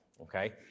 okay